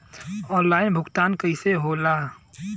Online भुगतान कईसे होला?